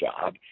job